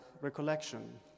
recollection